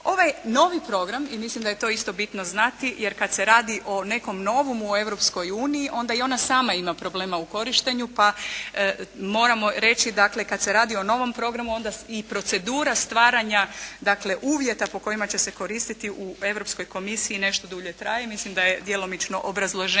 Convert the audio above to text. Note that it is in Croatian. Ovaj novi program, i mislim da je to isto bitno znati, jer kada se radi o nekom …/Govornik se ne razumije./… u Europskoj uniji, onda i ona sama ima problema u korištenju. Pa moramo reći, dakle, kada se radi o novom programu onda i procedura stvaranja, dakle, uvjeta po kojima će se koristiti u Europskoj komisiji nešto dulje traje. Mislim da je djelomično obrazloženje